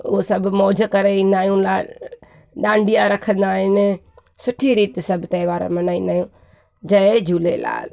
उहो सभु मौज करे ईंदायूं ॾा डांडिया रखंदा आहिनि सुठी रीति सभु त्यौहार मनाईंदा आहियूं जय झूलेलाल